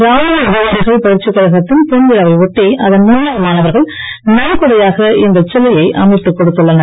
ராணுவ அதிகாரிகளின் பயிற்சிக் கழகத்தின் பொன் விழாவை ஒட்டி அதன் முன்னாள் மாணவர்கள் நன்கொடையாக இந்த சிலையை அமைத்துக் கொடுத்துள்ளனர்